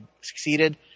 succeeded